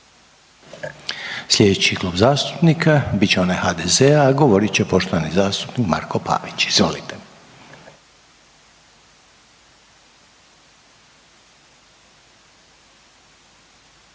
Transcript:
Slijedeći Klub zastupnika bit će onaj MOST-a, a govorit će poštovana zastupnica Marija Selak Raspudić. Izvolite.